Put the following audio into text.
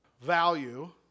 value